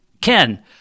Ken